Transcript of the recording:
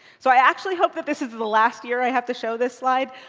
so i actually hope but this is the last year i have to show this slide.